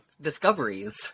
discoveries